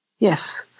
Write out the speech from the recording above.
Yes